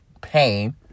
pain